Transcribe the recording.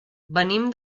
venim